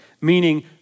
meaning